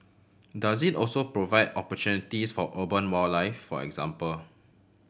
does it also provide opportunities for urban wildlife for example